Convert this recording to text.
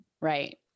Right